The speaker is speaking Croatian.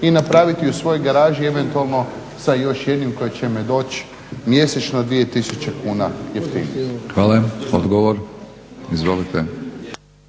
i napraviti u svojoj garaži eventualno sa još jednim koji će me doći mjesečno dvije tisuće kuna jeftinije.